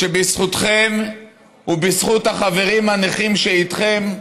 שבזכותכם ובזכות החברים הנכים שאיתכם,